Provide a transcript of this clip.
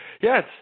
yes